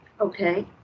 Okay